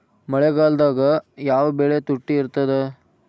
ಮಳೆಗಾಲದಾಗ ಯಾವ ಬೆಳಿ ತುಟ್ಟಿ ಇರ್ತದ?